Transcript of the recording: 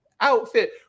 outfit